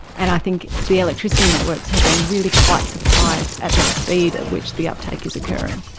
and i think the electricity networks have been really quite surprised at the speed at which the uptake is occurring.